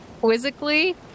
quizzically